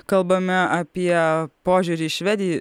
kalbame apie požiūrį į švediją